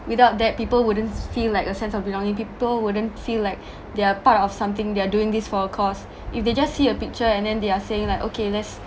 without that people wouldn't feel like a sense of belonging people wouldn't feel like they're part of something they're doing this for a cause if they just see a picture and then they're saying like okay let's